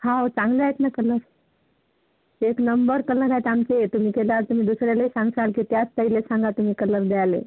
हो चांगलं आहेत ना कलर एक नंबर कलर आहेत आमचे तुम्ही केल्यावर तुम्ही दुसऱ्यालाही सांगशाल की त्याच ताईला सांगा तुम्ही कलर द्यायला